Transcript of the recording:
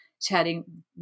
chatting